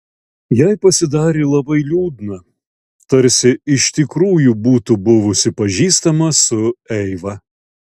jai pasidarė labai liūdna tarsi iš tikrųjų būtų buvusi pažįstama su eiva